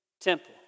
temple